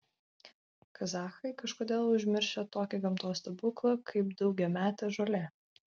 kazachai kažkodėl užmiršę tokį gamtos stebuklą kaip daugiametė žolė